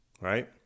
right